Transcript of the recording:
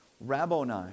...Rabboni